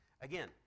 Again